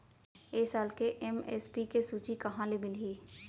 ए साल के एम.एस.पी के सूची कहाँ ले मिलही?